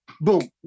Boom